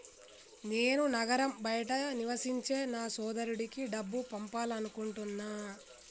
నేను నగరం బయట నివసించే నా సోదరుడికి డబ్బు పంపాలనుకుంటున్నా